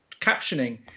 captioning